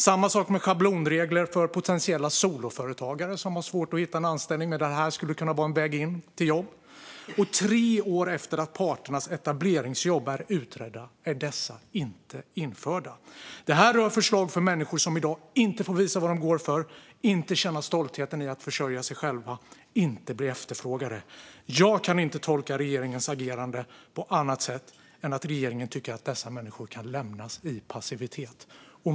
Samma sak gäller schablonregler för potentiella soloföretagare som har svårt att hitta anställning. Det här skulle kunna vara en väg in till jobb. Tre år efter att parternas etableringsjobb blev utredda är dessa förslag inte införda. Det är förslag för människor som i dag inte får visa vad de går för, inte får känna stoltheten i att försörja sig själva och inte blir efterfrågade. Jag kan inte tolka regeringens agerande på annat sätt än att regeringen tycker att dessa människor kan lämnas i passivitet.